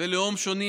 ולאום שונים,